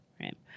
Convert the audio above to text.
Right